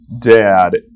dad